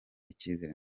ikizere